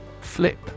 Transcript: Flip